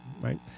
right